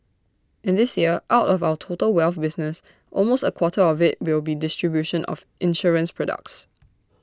and this year out of our total wealth business almost A quarter of IT will be distribution of insurance products